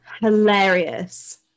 hilarious